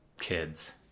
kids